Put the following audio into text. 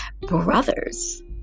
brothers